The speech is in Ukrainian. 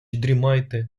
дрімайте